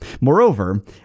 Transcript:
Moreover